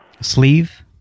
Sleeve